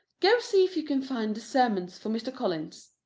go see if you can find the sermons for mr. collins.